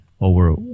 over